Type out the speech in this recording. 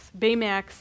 Baymax